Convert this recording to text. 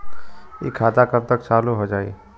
इ खाता कब तक चालू हो जाई?